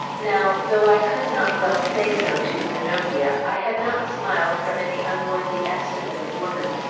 now though i could not well say so to zenobia i had not smiled from any unworthy estimate of woman,